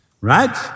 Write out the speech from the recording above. Right